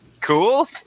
Cool